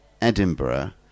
Edinburgh